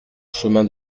chemin